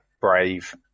Brave